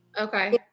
okay